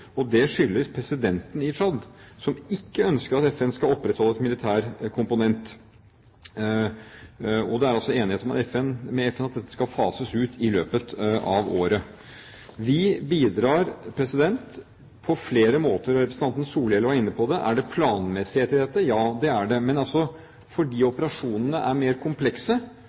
og det skyldes presidenten i Tsjad, som ikke ønsker at FN skal opprettholde en militær komponent. Det er altså enighet i FN om at dette skal fases ut i løpet av året. Vi bidrar på flere måter, og representanten Solhjell var inne på det. Er det planmessighet i dette? Ja, det er det, men fordi operasjonene er mer komplekse,